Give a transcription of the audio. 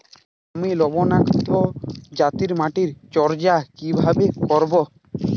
আমি লবণাক্ত জাতীয় মাটির পরিচর্যা কিভাবে করব?